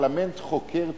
הפרלמנט חוקר תקשורת,